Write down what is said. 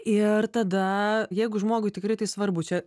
ir tada jeigu žmogui tikrai tai svarbu čia